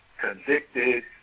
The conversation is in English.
convicted